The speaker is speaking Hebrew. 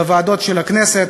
בוועדות של הכנסת,